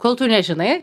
kol tu nežinai